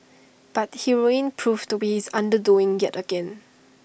but heroin proved to be his undoing yet again